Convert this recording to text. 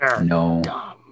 no